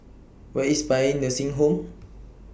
Where IS Paean Nursing Home